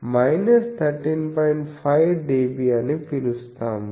5dB అని పిలుస్తాము